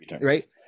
right